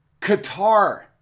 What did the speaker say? Qatar